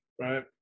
right